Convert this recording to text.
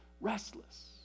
Restless